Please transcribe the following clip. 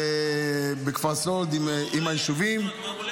בכפר סאלד עם היישובים -- מעולה,